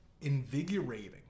invigorating